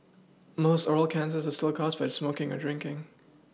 most oral cancers are still caused by smoking or drinking